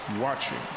watching